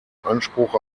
anspruch